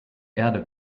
erde